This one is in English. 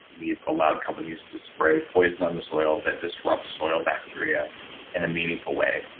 we've allowed companies to spray poison on the soil that disrupts soil bacteria in a meaningful way.